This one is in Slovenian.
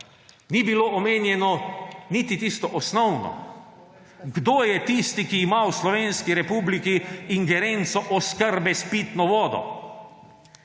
Ni bilo omenjeno niti tisto osnovno, kdo je tisti, ki ima v slovenski republiki ingerenco o oskrbi s pitno vodo.